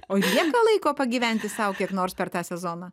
o lieka laiko pagyventi sau kaip nors per tą sezoną